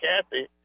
Kathy